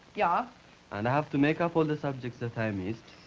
yeah and i have to make up all the subjects that i missed,